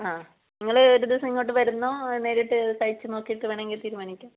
ആ നിങ്ങൾ ഒരു ദിവസം ഇങ്ങോട്ട് വരുന്നോ നേരിട്ട് കഴിച്ച് നോക്കിയിട്ട് വേണമെങ്കിൽ തീരുമാനിക്കാം